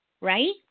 right